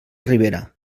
ribera